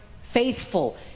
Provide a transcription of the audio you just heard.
faithful